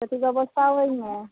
ᱠᱟᱹᱴᱤ ᱵᱮᱵᱚᱥᱛᱷᱟᱣᱟᱹᱧ ᱢᱮ